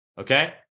okay